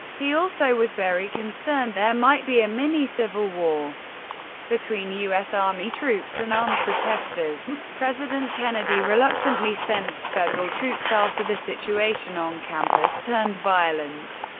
he also was very concerned there might be a mini-civil war between u s. army troops and armed protesters. president kennedy reluctantly sent federal troops after the situation on campus turned violent.